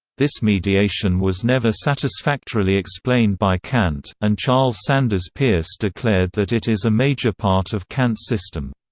this mediation was never satisfactorily explained by kant, and charles sanders peirce declared that it is a major part of kant's system.